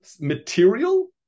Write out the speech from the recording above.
material